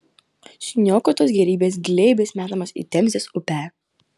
suniokotos gėrybės glėbiais metamos į temzės upę